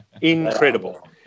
Incredible